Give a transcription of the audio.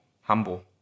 humble